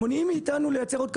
מונעים מאתנו לייצר עוד כוורות,